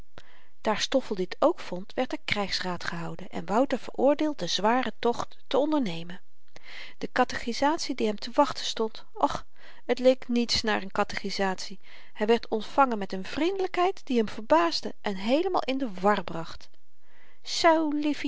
daar stoffel dit ook vond werd er krygsraad gehouden en wouter veroordeeld den zwaren tocht te ondernemen de katechizatie die hem te wachten stond och t leek niets naar n katechizatie hy werd ontvangen met n vriendelykheid die hem verbaasde en heelemaal in de war bracht